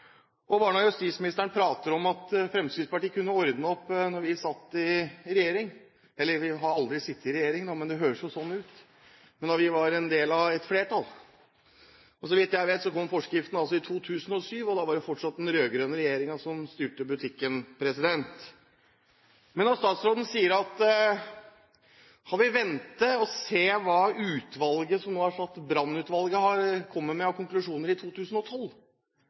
Justisministeren prater om at Fremskrittspartiet kunne ordnet opp da vi satt i regjering. Vi har aldri sittet i regjering, selv om det høres sånn ut, men vi var en del av et flertall. Så vidt jeg vet, kom forskriften i 2007. Da var det fortsatt den rød-grønne regjeringen som styrte butikken. Når statsråden sier at han vil vente og se hva brannutdanningsutvalget kommer med av konklusjoner i 2012, synes jeg det er litt interessant å lese hva man faktisk i dag sier for 2012.